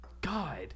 God